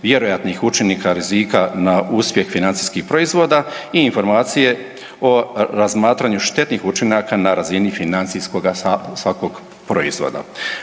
vjerojatnih učinaka rizika na uspjeh financijskih proizvoda i informacije o razmatranju štetnih učinaka na razini financijskoga svakog proizvoda.